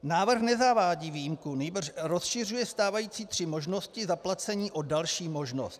Návrh nezavádí výjimku, nýbrž rozšiřuje stávající tři možnosti zaplacení o další možnost.